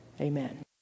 Amen